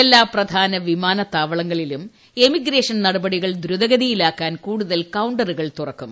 എല്ലാ പ്രധാന വിമാനത്താവളങ്ങളിലും എമിഗ്രേഷൻ നടപടികൾ ദ്രുതഗതിയിലാക്കാൻ കൂടുതൽ കൌണ്ടറുകൾ തുറക്കും